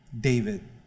David